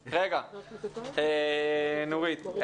רגע, נורית.